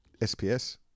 SPS